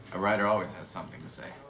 a writer always has something to say.